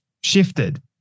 shifted